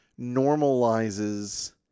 normalizes